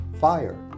fire